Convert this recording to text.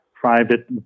private